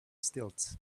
stilts